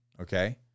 okay